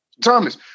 Thomas